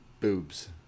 boobs